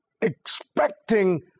expecting